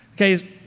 Okay